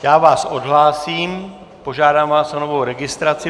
Já vás odhlásím, požádám vás o novou registraci.